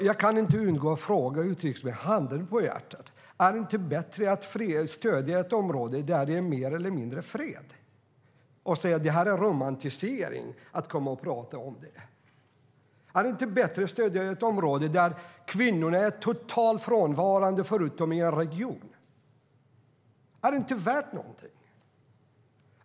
Jag kan inte undgå att fråga utrikesministern: Handen på hjärtat, är det inte bättre att stödja ett område där det är mer eller mindre fred i stället för att säga att det är en romantisering att tala om det? Är det inte bättre att stödja ett område i stället för ett annat där kvinnorna är totalt frånvarande förutom i en region? Är det inte värt någonting?